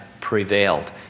prevailed